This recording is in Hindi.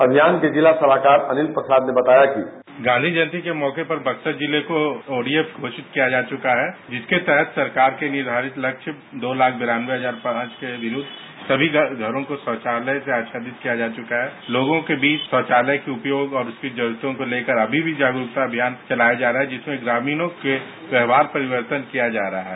अभियान के जिला सलाहकार अनिल प्रसाद ने बताया कि साउंड बाईट अनिल प्रसाद गांधी जयंती के मौके पर बक्सर जिले को ओडीएफ घोषित किया जा चुका है जिसके तहत सरकार के निर्घारित लक्ष्य दो लाख वानये हजार पांच विरूद्व सभी घरों को शौचालय से आच्छादित किया जा चुका है लोगों के बीच शौचालय के उपयोग और उसके जरूरतों को लेकर अभी भी जागरूकता अभियान चलाया जा रहा है जिसमें ग्रामीणों के व्यवहार परिवर्तन किया जा रहा हैं